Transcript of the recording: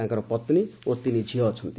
ତାଙ୍କର ପତ୍ନୀ ଓ ତିନି ଝିଅ ଅଛନ୍ତି